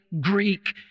greek